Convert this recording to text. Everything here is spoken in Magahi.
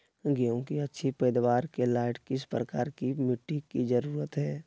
गेंहू की अच्छी पैदाबार के लाइट किस प्रकार की मिटटी की जरुरत है?